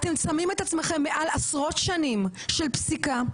אתם שמים את עצמכם מעל עשרות שנים של פסיקה,